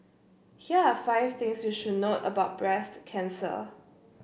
here are five things you should note about breast cancer